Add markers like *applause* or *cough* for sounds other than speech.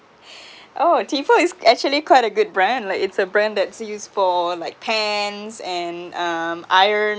*breath* oh tefal is actually quite a good brand like it's a brand that's used for like pans and um iron